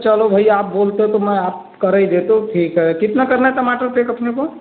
चलो भैया आप बोलते हो तो मैं आप कर ही देता हूँ ठीक है कितना करना टमाटर पैक अपने को